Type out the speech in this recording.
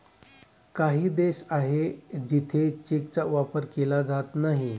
काही देश आहे जिथे चेकचा वापर केला जात नाही